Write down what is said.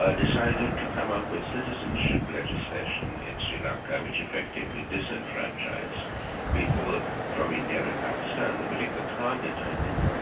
ah decided to come up with citizenship legislation in sri lanka, which effectively disenfranchised people from india and pakistan, the particular target i think,